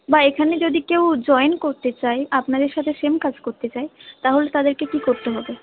বা এখানে যদি কেউ জয়েন করতে চায় আপনাদের সাথে সেম কাজ করতে চায় তাহলে তাদেরকে কী করতে হবে